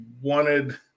wanted